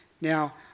Now